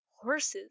horses